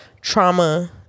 Trauma